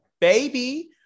baby